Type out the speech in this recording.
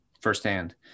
firsthand